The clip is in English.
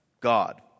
God